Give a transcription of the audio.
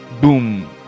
boom